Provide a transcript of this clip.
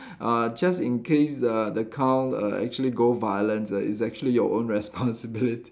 uh just in case uh the cow err actually go violent ah it's actually your own responsibility